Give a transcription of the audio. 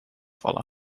vallen